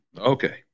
Okay